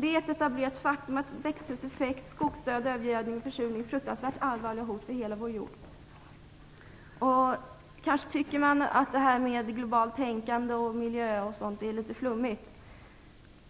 Det är ett etablerat faktum att växthuseffekt, skogsdöd, övergödning och försurning är fruktansvärt allvarliga hot för hela vår jord. Kanske tycker man att talet om globalt tänkande och miljö är litet flummigt.